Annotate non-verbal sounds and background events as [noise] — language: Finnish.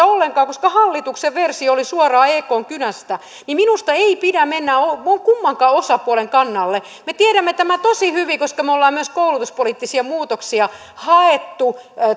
[unintelligible] ollenkaan koska hallituksen versio oli suoraan ekn kynästä minusta ei pidä mennä kummankaan osapuolen kannalle me tiedämme tämän tosi hyvin koska me olemme myös koulutuspoliittisia muutoksia hakeneet